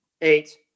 Eight